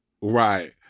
right